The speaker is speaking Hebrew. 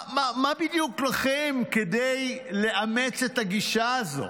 מה בדיוק --- כדי לאמץ את הגישה הזו?